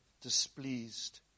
displeased